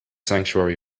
sanctuary